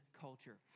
culture